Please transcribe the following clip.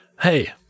Hey